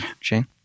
Shane